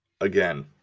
again